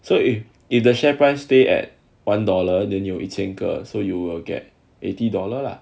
so if if the share price stay at one dollar then 有一千个 so you will get eighty dollar lah